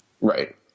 Right